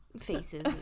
faces